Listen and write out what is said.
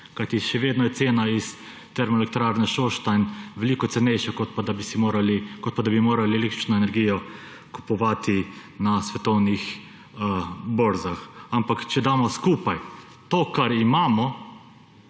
kajti še vedno je cena iz termoelektrarne Šoštanj veliko cenejša kot pa, da bi morali električno energijo kupovati na svetovnih borzah. Ampak če damo skupaj to, kar imamo,